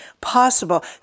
possible